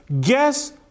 Guess